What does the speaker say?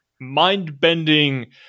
mind-bending